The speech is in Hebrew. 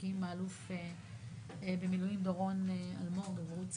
שהקים האלוף במילואים דורון אלמוג-אברוצקי,